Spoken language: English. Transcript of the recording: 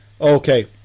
okay